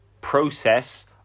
process